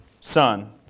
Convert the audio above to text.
Son